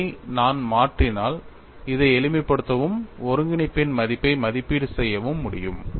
இதை நான் மாற்றினால் இதை எளிமைப்படுத்தவும் ஒருங்கிணைப்பின் மதிப்பை மதிப்பீடு செய்யவும் முடியும்